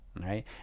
right